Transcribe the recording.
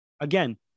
Again